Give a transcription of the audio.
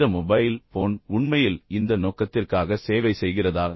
இந்த mobile phone உண்மையில் இந்த நோக்கத்திற்காக சேவை செய்கிறதா